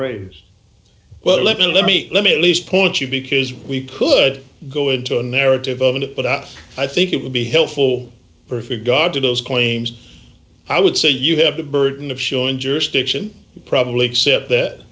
but let me let me let me at least point you because we could go into a narrative of it but us i think it would be helpful perfect god to those claims i would say you have the burden of showing jurisdiction probably except that